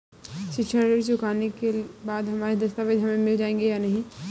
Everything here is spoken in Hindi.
शिक्षा ऋण चुकाने के बाद हमारे दस्तावेज हमें मिल जाएंगे या नहीं?